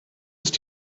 ist